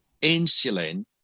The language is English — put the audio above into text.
insulin